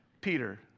Peter